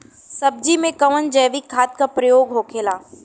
सब्जी में कवन जैविक खाद का प्रयोग होखेला?